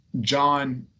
John